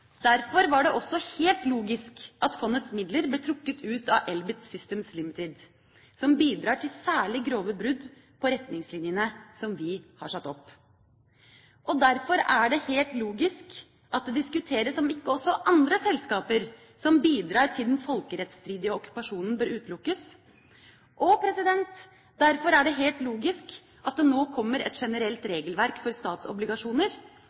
Derfor var det også helt logisk at fondets midler ble trukket ut av Elbit Systems Ltd., som bidrar til særlig grove brudd på retningslinjene som vi har satt opp. Og derfor er det helt logisk at det diskuteres om ikke også andre selskaper som bidrar til den folkerettsstridige okkupasjonen, bør utelukkes. Og derfor er det helt logisk at det nå kommer et generelt regelverk for statsobligasjoner,